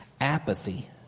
apathy